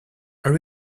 are